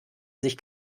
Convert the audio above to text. sich